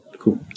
cool